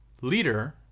leader